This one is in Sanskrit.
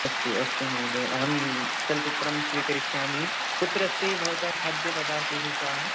अस्तु अस्तु महोदय अहं चलच्चित्रं स्वीकरिष्यामि कुत्र अस्ति भवतः खाद्यपदार्थविशेषाः